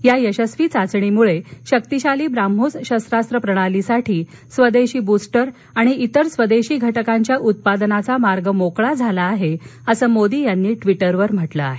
या यशस्वी चाचणीमुळे करत शक्तिशाली ब्रह्मोस शस्त्रास्त्र प्रणालीसाठी स्वदेशी बूस्टर आणि इतर स्वदेशीघटकांच्या उत्पादनाचा मार्ग मोकळा झाला आहे असं मोदी यांनी ट्वीटरवर म्हटलं आहे